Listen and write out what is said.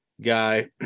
guy